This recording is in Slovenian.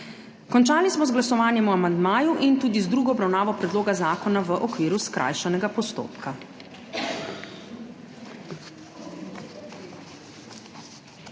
Končali smo z glasovanjem o amandmaju in tudi z drugo obravnavo Predloga zakona, v okviru skrajšanega postopka.